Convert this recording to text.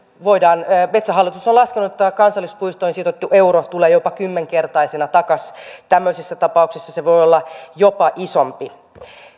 metsähallitus on laskenut että kansallispuistoihin sijoitettu euro tulee jopa kymmenkertaisena takaisin tämmöisessä tapauksessa se voi olla jopa isompi